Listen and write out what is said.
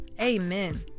amen